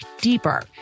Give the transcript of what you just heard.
deeper